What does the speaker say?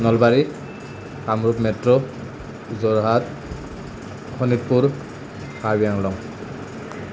Nalbari Kamrup metro Jorhat Sonitpur Karbi Anglong